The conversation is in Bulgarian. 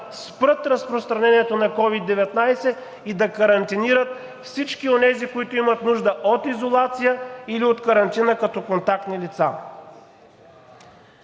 спрат разпространението на COVID-19 и да карантинират всички онези, които имат нужда от изолация или от карантина като контактни лица.